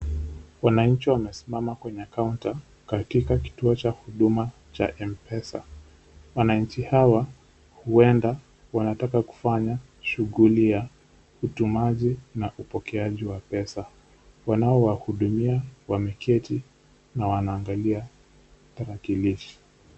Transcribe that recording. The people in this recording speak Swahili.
Wananchi wamesimama kwenye kaunta katika kituo cha huduma cha M-pesa. Wananchi hawa huenda wanataka kufanya shughuli ya utumaji na upokeaji wa pesa. Wanao wahudumia wameketi na wanaangalia tarakilishi.